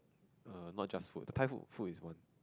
err not just food Thai food food is one